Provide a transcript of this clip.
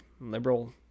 liberal